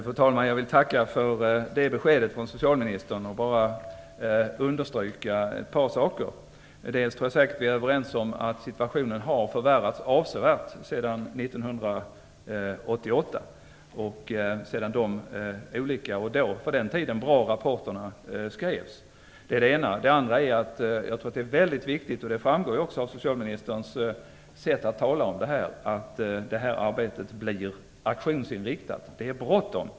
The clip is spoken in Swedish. Fru talman! Jag vill tacka för beskedet från socialministern. Jag vill bara understryka ett par saker. Jag tror säkert att vi är överens om att situationen har förvärrats avsevärt sedan 1988, dvs. sedan de för den tiden bra rapporterna skrevs. Jag tror också att det är väldigt viktigt, och det framgår av socialministerns sätt att tala om detta, att arbetet blir aktionsinriktat. Det är bråttom.